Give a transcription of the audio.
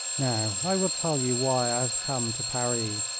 now i will tell you why i have come to paris.